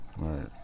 Right